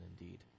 indeed